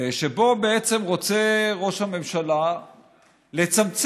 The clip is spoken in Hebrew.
שבו בעצם רוצה ראש הממשלה לצמצם